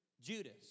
Judas